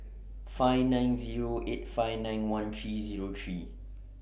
five nine Zero eight five nine one three Zero three